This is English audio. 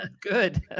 Good